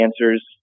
answers